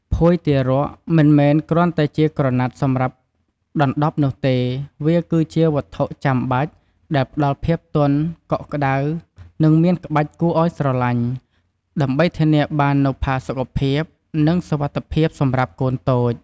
ភួយទារក មិនមែនគ្រាន់តែជាក្រណាត់សម្រាប់ដណ្ដប់នោះទេ វាគឺជា វត្ថុចាំបាច់ ដែលផ្ដល់ភាព ទន់ កក់ក្តៅ និងមានក្បាច់គួរឲ្យស្រឡាញ់ ដើម្បីធានាបាននូវផាសុកភាព និងសុវត្ថិភាពសម្រាប់កូនតូច។